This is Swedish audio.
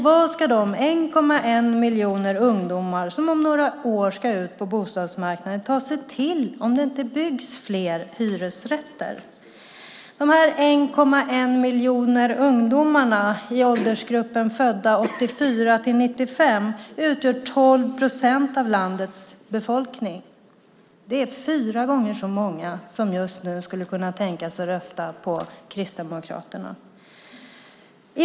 Vad ska de 1,1 miljoner ungdomar som om några år ska ut på bostadsmarknaden ta sig till om det inte byggs fler hyresrätter? De 1,1 miljoner ungdomarna i åldersgruppen födda 1984-1995 utgör 12 procent av landets befolkning. Det är fyra gånger så många som just nu skulle kunna tänka sig att rösta på Kristdemokraterna.